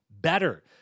better